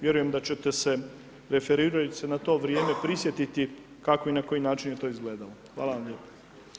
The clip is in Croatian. Vjerujem da ćete se, referirajući se na to vrijeme, prisjetiti kako i na koji način je to izgledalo.